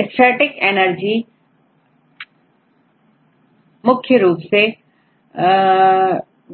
static energy मुख्य रूप से